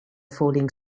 falling